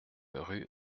rue